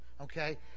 Okay